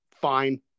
fine